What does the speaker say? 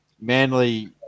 Manly